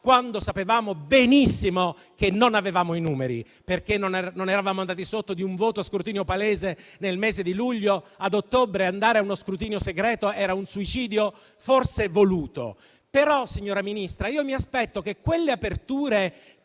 quando sapevamo benissimo che non avevamo i numeri, perché non eravamo andati sotto di un voto a scrutinio palese nel mese di luglio e andare a ottobre a uno scrutinio segreto era un suicidio, forse voluto. Però, signora Ministra, mi aspetto di vedere quelle aperture